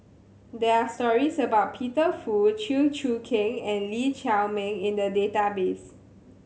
there are stories about Peter Fu Chew Choo Keng and Lee Chiaw Meng in the database